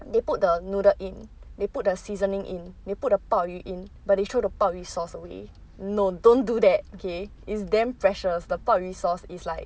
they put the noodle in they put the seasoning in they put the 鲍鱼 in but they throw the 鲍鱼 sauce away no don't do that okay is damn precious the 鲍鱼 sauce is like